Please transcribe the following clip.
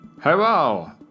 Hello